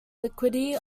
liquidity